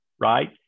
right